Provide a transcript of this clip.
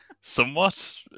somewhat